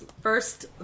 first